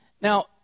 Now